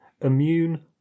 immune